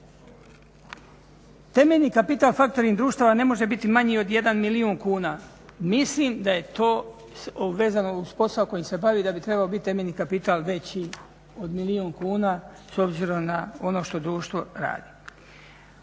Temeljni kapital factoring društava ne može biti manji od 1 milijun kuna. Mislim da je to vezano uz posao koji se bavi, da bi trebao biti temeljni kapital veći od milijun kuna s obzirom na ono što društvo radi.